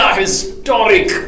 historic